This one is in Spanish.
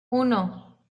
uno